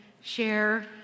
share